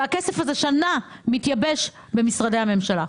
הכסף הזה מתייבש שנה במשרדי הממשלה.